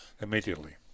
immediately